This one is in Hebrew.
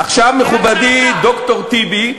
עכשיו, מכובדי ד"ר טיבי,